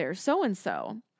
so-and-so